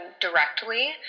directly